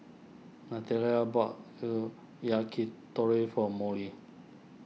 Natalia bought Yakitori for Molly